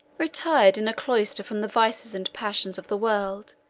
retired in a cloister from the vices and passions of the world,